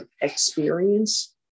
experience